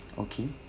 okay